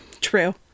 true